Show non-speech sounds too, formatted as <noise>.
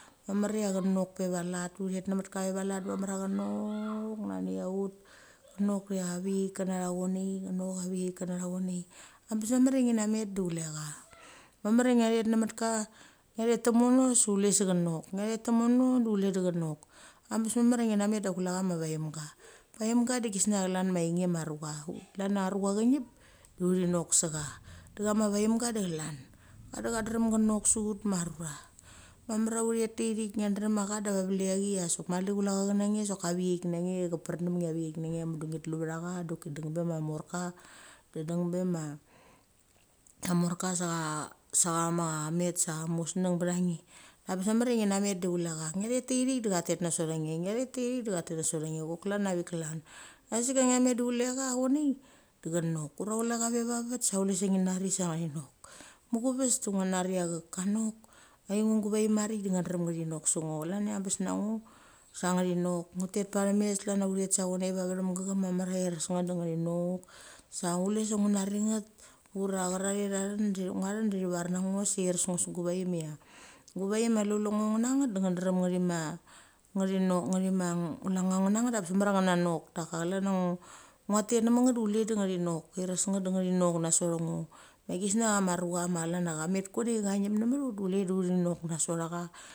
Mamar ia chenok pevalat uthet nemet ka vevalat da mamar ia chenok <unintelligible> nani aut knok ia avecheick kena tha chonei, <unintelligible> abes mamar ia ngi namet olu chulecha. Mamar ia ngethet nametka nge thet temono sa chule sa chenok nge thet temono da chule da chenok. Abes mamar engenamet da chula cha ma vaimga. Vaimga da gisnia chelan ma ainge ma rucha klan a rucha chengip da uthi nok sacha. Da chama vaimga da chelan. Cha da kadrem chenok chenok se ut ma ruru mamar a uthet te irik ngedrem a cha da velech achi ia sok mali chule cha chenange sok avicheik na nge chupren dem nge ia aveckheik na nge mudu ngi tluvethacha doki deng be ma morka da deng be ma morka sa cha met sa amusneng betha nge. Abes mamar ia ngi namet da chule cha chethet airik da chatet na sot ange nge retarik chatet na sot nge chok klan avik kaln. Asik ka ngia met da chule cha chonei da chenok ura chule cha vevavet sa chule sa nginari sa. <hesitation> Muchuves sa ngonari a kanok. Aingo gu vaim marik da nge drem nge thinok sa ngo. Klan ia abes na ngo, sa ngeri nok. Nge tet pathemes klan a uthet sa chonei va vethem gechem mamar ia ires nget da ngethinok sa chule sa ngunari nget ura chera re thathen de nguathen di thivar na ngo sa ires ngo sei iresngo su gu vaim ia gu vaim mali chule ngo ngu na nget de nge drem nge thima cherinok chethima chule ngo nguna ngat da abes mamar ia ngenanok. Daka chlan a nguatet nemenget da chule da ngerinok ires nget de ngethinok na sotha ngo. Da gisnia ma rucha ma chlar a chamet konei cha ngip ne me thut de chule de uthinok na sotha cha.